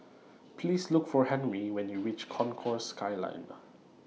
Please Look For Henry when YOU REACH Concourse Skyline